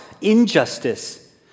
injustice